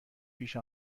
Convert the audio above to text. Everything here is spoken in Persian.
پیش